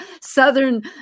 Southern